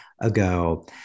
ago